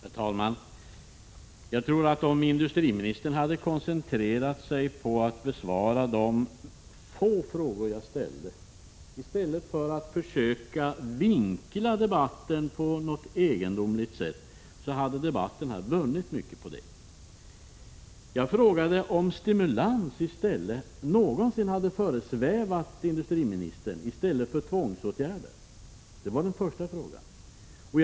Herr talman! Jag tror att debatten hade vunnit på att industriministern hade koncentrerat sig på att besvara de få frågor jag ställde i stället för att försöka vinkla debatten på ett egendomligt sätt. Jag frågade om stimulans någonsin hade föresvävat industriministern i stället för tvångsåtgärder. Det var den första frågan.